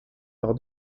leur